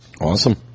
Awesome